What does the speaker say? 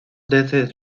desde